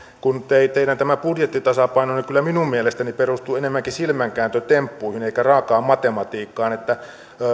kun nyt tämä teidän budjettitasapainonne kyllä minun mielestäni perustuu enemmänkin silmänkääntötemppuihin kuin raakaan matematiikkaan